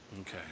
Okay